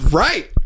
right